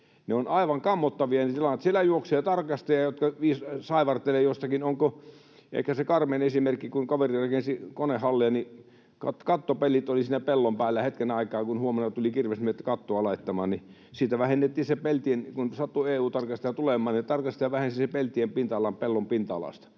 ovat aivan kammottavia. Siellä juoksee tarkastajia, jotka saivartelevat jostakin... Ehkä se karmein esimerkki: Kaveri rakensi konehallia, ja kattopellit olivat siinä pellon päällä hetken aikaa, kun seuraavana päivänä tulivat kirvesmiehet kattoa laittamaan. Kun sattui EU-tarkastaja tulemaan, niin tarkastaja vähensi sen peltien pinta-alan pellon pinta-alasta.